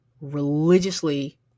religiously